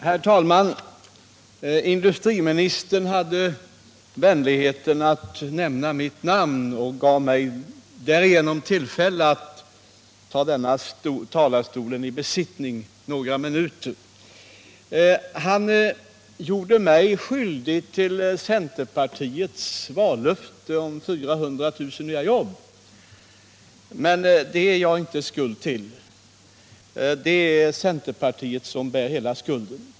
Herr talman! Industriministern hade vänligheten att nämna mitt namn och gav mig därigenom tillfälle att ta denna talarstol i besittning några minuter. Han gjorde mig skyldig till centerpartiets vallöfte om 400 000 nya jobb. Men det har jag ingen skuld i — det är centerpartiet som bär hela skulden.